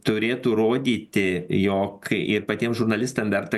turėtų rodyti jog kai ir patiem žurnalistam verta